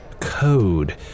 code